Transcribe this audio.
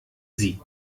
sie